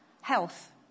health